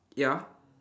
ya